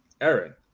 Aaron